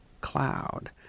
cloud